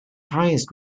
highest